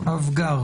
אבגר